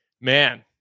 man